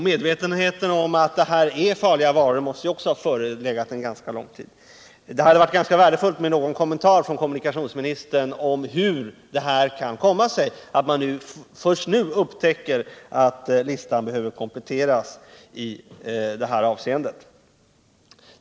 Medvetenheten om att det gällt transporter av farligt gods måste också har förelegat under ganska lång tid. Det hade varit värdefullt att få höra någon kommentar av kommunikationsministern om hur det kan komma sig att man först nu upptäcker att listan behöver kompletteras i det här avseendet.